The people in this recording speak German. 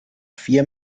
vier